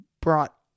brought